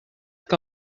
que